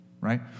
right